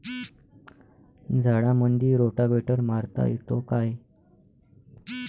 झाडामंदी रोटावेटर मारता येतो काय?